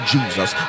Jesus